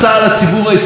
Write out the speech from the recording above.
בואו לבחירות.